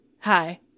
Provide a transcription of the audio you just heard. Hi